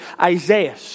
Isaiah